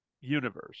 universe